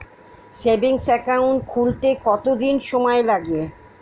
Savings account খুলতে কতদিন সময় লাগে?